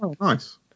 nice